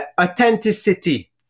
authenticity